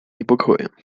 niepokojem